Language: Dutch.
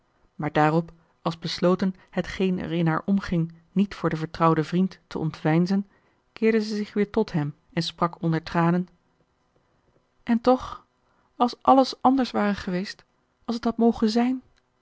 maar daarop als besloten hetgeen er in haar omging niet voor den vertrouwden vriend te ontveinzen keerde zij zich weêr tot hem en sprak onder tranen en toch als alles anders ware geweest als het had mogen zijn